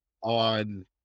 on